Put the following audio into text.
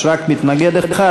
יש רק מתנגד אחד,